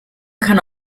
kann